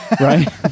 Right